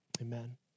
Amen